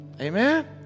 Amen